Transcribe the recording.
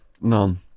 None